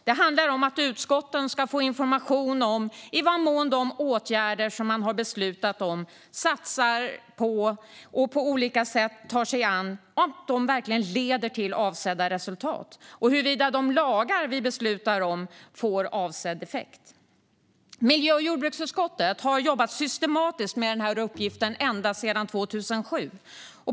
Det handlar om att utskotten ska få information om i vad mån de åtgärder som man har beslutat att satsa på och på olika sätt ta sig an leder till avsedda resultat och huruvida de lagar som vi har beslutat om har fått avsedd effekt. Miljö och jordbruksutskottet har jobbat systematiskt med denna uppgift ända sedan 2007.